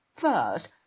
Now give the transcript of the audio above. first